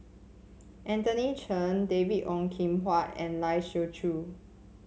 Anthony Then David Ong Kim Huat and Lai Siu Chiu